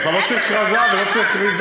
אתה לא צריך כרזה ולא צריך כריזה.